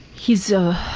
he's a,